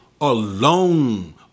alone